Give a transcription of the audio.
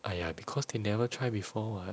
!aiya! because they never try before